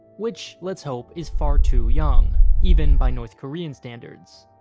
which, let's hope, is far too young, even by north korean standards.